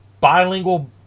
bilingual